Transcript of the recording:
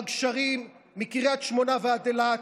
בגשרים, מקריית שמונה ועד אילת,